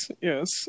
yes